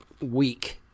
week